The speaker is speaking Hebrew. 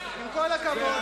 עם כל הכבוד,